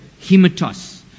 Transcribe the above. hematos